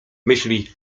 myśli